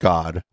God